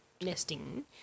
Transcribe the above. nesting